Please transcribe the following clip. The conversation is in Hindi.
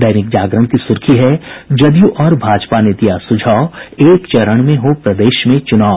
दैनिक जागरण की सुर्खी है जदयू और भाजपा ने दिया सुझाव एक चरण में हो प्रदेश में चूनाव